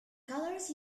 colors